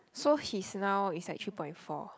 so he's now it's like three point four